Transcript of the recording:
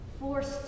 forced